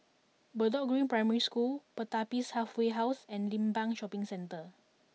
Bedok Green Primary School Pertapis Halfway House and Limbang Shopping Centre